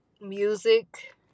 music